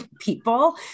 people